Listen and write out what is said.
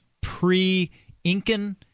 pre-Incan